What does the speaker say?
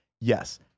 Yes